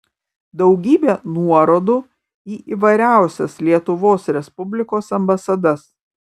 daugybė nuorodų į įvairiausias lietuvos respublikos ambasadas